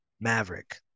Maverick